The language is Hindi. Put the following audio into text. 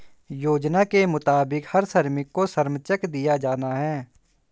योजना के मुताबिक हर श्रमिक को श्रम चेक दिया जाना हैं